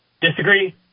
Disagree